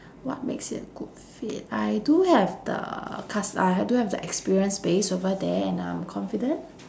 what makes it a good fit I do have the cus~ I do have the experience based over there and I'm confident